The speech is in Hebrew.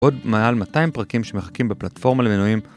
עוד מעל 200 פרקים שמחכים בפלטפורמה למינויים